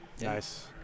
Nice